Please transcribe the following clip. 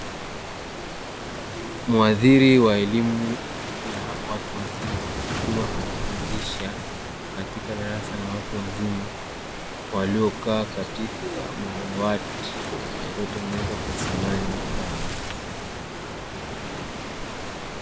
Mhadhiri wa elimu ya watu wazima, akiwa anafundisha katika darasa la watu wazima waliokaa katika madawati yaliyotengenezwa kwa samani ya mbao.